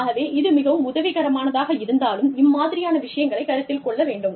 ஆகவே இது மிகவும் உதவிகரமானதாக இருந்தாலும் இம்மாதிரியான விஷயங்களை கருத்தில் கொள்ள வேண்டும்